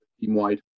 team-wide